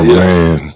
man